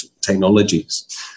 technologies